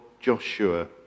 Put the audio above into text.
Joshua